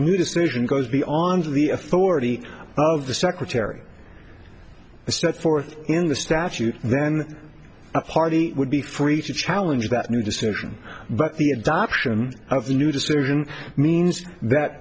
new decision goes beyond the authority of the secretary set forth in the statute then the party would be free to challenge that new decision but the adoption of the new decision means that